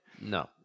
No